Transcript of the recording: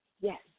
Yes